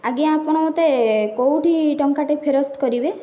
ଆଜ୍ଞା ଆପଣ ମୋତେ କେଉଁଠି ଟଙ୍କାଟେ ଫେରସ୍ତ କରିବେ